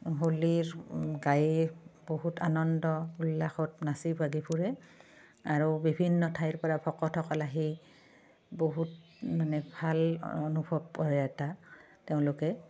হোলীৰ গাই বহুত আনন্দ উল্লাসত নাচি বাগি ফুৰে আৰু বিভিন্ন ঠাইৰ পৰা ভকতসকল আহি বহুত মানে ভাল অনুভৱ কৰে এটা তেওঁলোকে